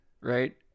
Right